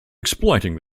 exploiting